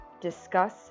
Discuss